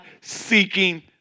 seeking